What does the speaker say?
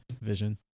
vision